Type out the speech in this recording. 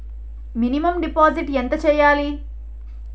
Minimum deposit ఎంత చెయ్యాలి?